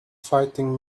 fighting